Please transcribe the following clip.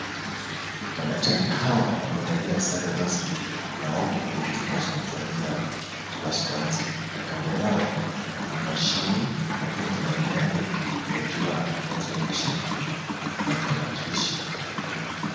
Madaktari hawa wamevalia sare rasmi na wako kwenye chumba cha kufanyia upasuaji. Kando yao kuna mashini na pia kuna miale za jua zinazoonyesha na tarakilishi.